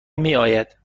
میآید